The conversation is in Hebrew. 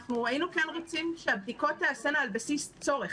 היינו כן רוצים שהבדיקות תיעשינה על בסיס צורך,